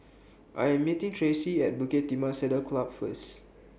I Am meeting Traci At Bukit Timah Saddle Club First